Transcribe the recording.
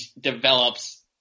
develops